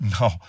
No